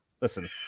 Listen